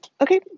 Okay